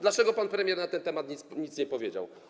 Dlaczego pan premier na ten temat nic nie powiedział?